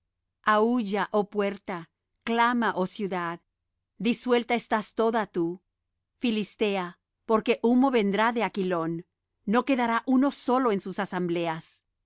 reliquias aulla oh puerta clama oh ciudad disuelta estás toda tú filistea porque humo vendrá de aquilón no quedará uno solo en sus asambleas